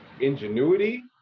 ingenuity